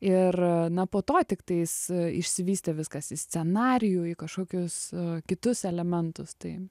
ir na po to tiktais išsivystė viskas į scenarijų į kažkokius kitus elementus tai